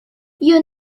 you